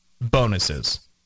bonuses